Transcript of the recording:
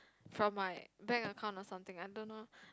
from my bank account or something I don't know